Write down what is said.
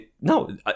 no